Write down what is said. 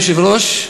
אדוני היושב-ראש,